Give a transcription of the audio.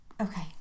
Okay